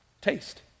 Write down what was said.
taste